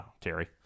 Terry